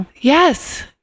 yes